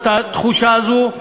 או את התחושה הזאת,